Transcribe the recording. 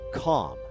calm